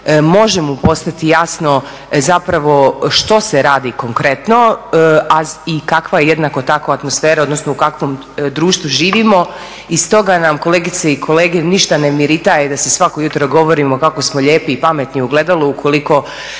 može mu postati jasno zapravo što se radi konkretno i kakva je jednako tako atmosfera, odnosno u kakvom društvu živimo. I stoga nam kolegice i kolege ništa ne … da si svako jutro govorimo kako smo lijepi i pametni u ogledalu ukoliko